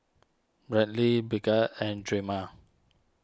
Brantley Brigette and Drema